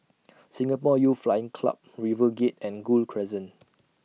Singapore Youth Flying Club RiverGate and Gul Crescent